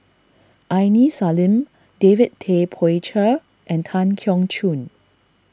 Aini Salim David Tay Poey Cher and Tan Keong Choon